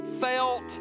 felt